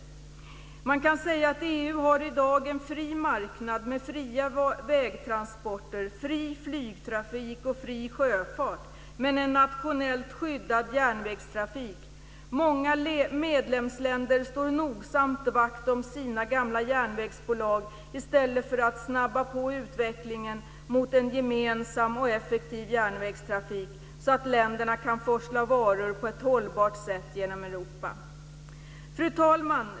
EU har i dag en fri marknad med fria vägtransporter, fri flygtrafik och fri sjöfart men en nationellt skyddad järnvägstrafik. Många medlemsländer slår nogsamt vakt om sina gamla järnvägsbolag i stället för att snabba på utvecklingen mot en gemensam och effektiv järnvägstrafik så att länderna kan forsla varor på ett hållbart sätt genom Europa. Fru talman!